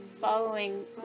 following